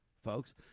folks